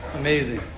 Amazing